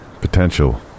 Potential